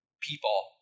people